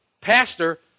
Pastor